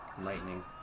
Lightning